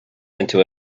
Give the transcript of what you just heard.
into